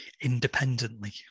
independently